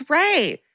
right